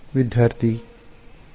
ವಿದ್ಯಾರ್ಥಿ 1